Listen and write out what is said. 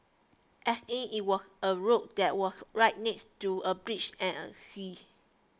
as in it was a road that was right next to a beach and sea